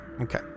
Okay